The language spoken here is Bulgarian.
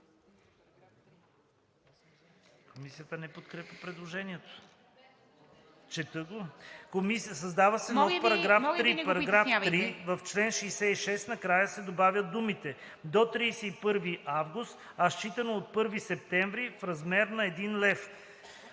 Комисията не подкрепя предложението. Създава се нов § 3: „§ 3. В чл. 66 накрая се добавят думите „до 31 август, а считано от 1 септември – в размер на 1 лев.“